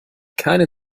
keine